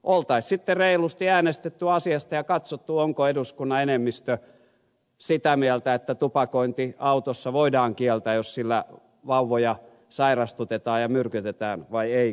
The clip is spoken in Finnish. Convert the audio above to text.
oltaisiin sitten reilusti äänestetty asiasta ja katsottu onko eduskunnan enemmistö sitä mieltä että tupakointi autossa voidaan kieltää jos sillä vauvoja sairastutetaan ja myrkytetään vai eikö ole